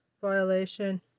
violation